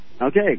Okay